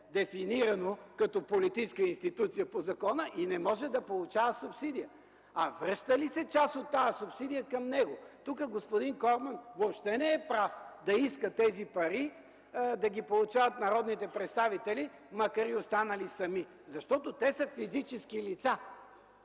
дефинирано като политическа институция по закона и не може да получава субсидия. Връща ли се част от тази субсидия към него? Тук господин Корман въобще не е прав да иска тези пари да ги получават народните представители, макар и останали сами, защото те са физически лица.